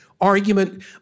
argument